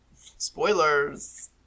spoilers